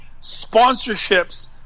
sponsorships